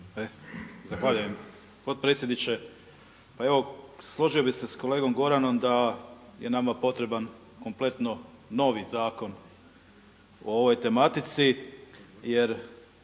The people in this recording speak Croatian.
Zahvaljujem potpredsjedniče. Pa evo složio bih se sa kolegom Goranom da je nama potreban kompletno novi zakon o ovoj tematici, jer